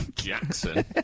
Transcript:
Jackson